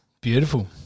Beautiful